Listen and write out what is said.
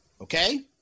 Okay